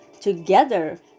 Together